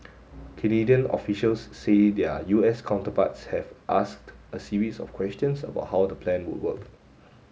Canadian officials say their U S counterparts have asked a series of questions about how the plan would work